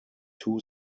two